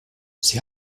sie